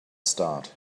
start